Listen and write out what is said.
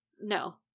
No